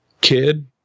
kid